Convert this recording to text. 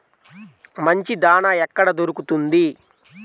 మంచి దాణా ఎక్కడ దొరుకుతుంది?